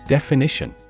Definition